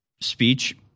speech